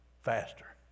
faster